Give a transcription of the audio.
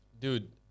Dude